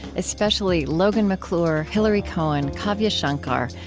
especially logan mcclure, hilary cohen, kavya shankar,